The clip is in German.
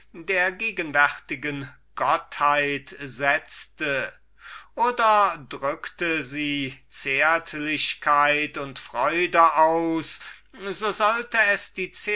der gegenwärtigen gottheit gesetzt wurde und wenn sie zärtlichkeit und freude ausdrückte so sollte es